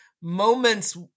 moments